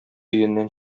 өеннән